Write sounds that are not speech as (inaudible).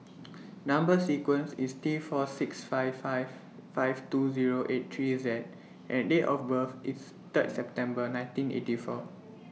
(noise) Number sequence IS T four six five five five two Zero eight three Z and Date of birth IS Third September nineteen eighty four (noise)